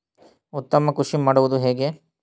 ಉತ್ತಮ ಕೃಷಿ ಮಾಡುವುದು ಹೇಗೆ?